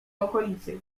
okolicy